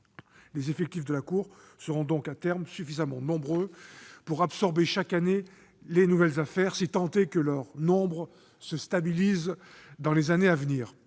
Les effectifs de la CNDA seront donc, à terme, suffisants chaque année pour absorber les nouvelles affaires, si tant est que leur nombre se stabilise dans les années à venir.